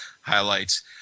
highlights